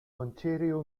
ontario